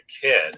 kid